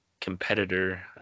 competitor